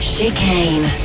Chicane